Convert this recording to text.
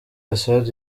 assad